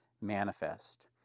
manifest